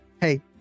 Hey